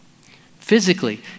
Physically